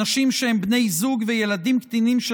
אנשים שהם בני זוג וילדים קטינים של